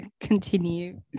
Continue